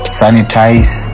sanitize